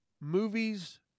movies